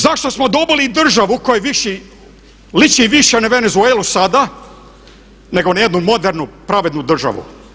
Zašto smo dobili državu koji liči više na Venezuelu sada nego na jednu modernu pravednu državu?